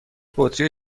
بطری